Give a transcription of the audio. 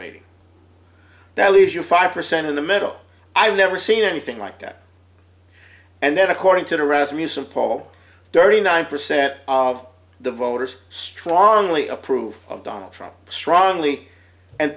rating that leaves you five percent in the middle i've never seen anything like that and then according to reza recent poll dirty nine percent of the voters strongly approve of donald trump strongly and